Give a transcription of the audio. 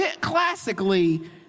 classically